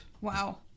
Wow